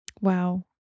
Wow